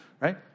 right